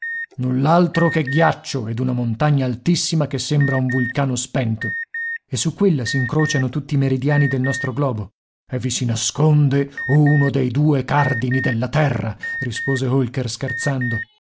null'altro che ghiaccio ed una montagna altissima che sembra un vulcano spento e su quella s'incrociano tutti i meridiani del nostro globo e vi si nasconde uno dei due cardini della terra rispose holker scherzando